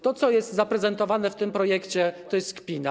To, co jest zaprezentowane w tym projekcie, to jest kpina.